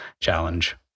challenge